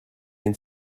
ein